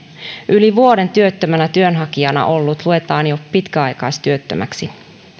yli vuoden työttömänä työnhakijana ollut luetaan jo pitkäaikaistyöttömäksi